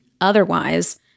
Otherwise